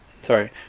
sorry